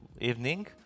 evening